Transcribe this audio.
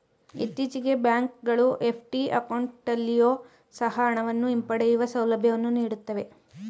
ಇತ್ತೀಚೆಗೆ ಬ್ಯಾಂಕ್ ಗಳು ಎಫ್.ಡಿ ಅಕೌಂಟಲ್ಲಿಯೊ ಸಹ ಹಣವನ್ನು ಹಿಂಪಡೆಯುವ ಸೌಲಭ್ಯವನ್ನು ನೀಡುತ್ತವೆ